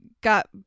got